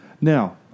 Now